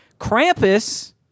Krampus